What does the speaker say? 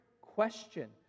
question